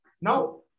Now